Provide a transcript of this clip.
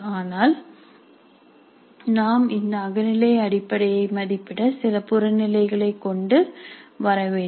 ஆனால் நாம் இந்த அகநிலை அடிப்படையை மதிப்பிட சில புறநிலைகள் கொண்டு வரவேண்டும்